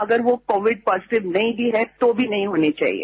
अगर वो covid positive नहीं भी है तो भी नहीं होनी चाहिए